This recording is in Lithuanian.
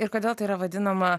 ir kodėl tai yra vadinama